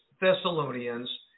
Thessalonians